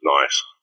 nice